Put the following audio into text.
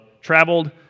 traveled